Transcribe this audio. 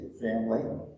family